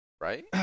Right